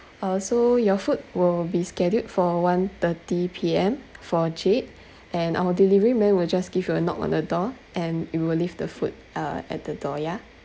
uh so your food will be scheduled for one thirty P_M for jade and our delivery man will just give you a knock on the door and it will leave the food uh at the door yeah